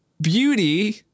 beauty